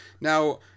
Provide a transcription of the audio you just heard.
Now